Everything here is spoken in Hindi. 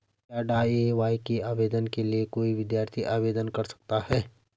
क्या डी.ए.वाय के आवेदन के लिए कोई भी विद्यार्थी आवेदन कर सकता है?